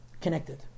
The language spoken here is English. connected